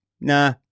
nah